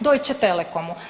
Deutsche Telekomu.